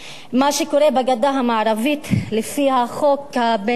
מה שקורה בגדה המערבית, לפי החוק הבין-לאומי